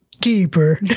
Deeper